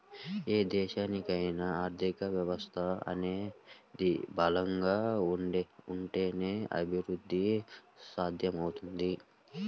ఏ దేశానికైనా ఆర్థిక వ్యవస్థ అనేది బలంగా ఉంటేనే అభిరుద్ధి సాధ్యమవుద్ది